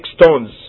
stones